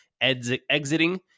exiting